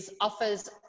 offers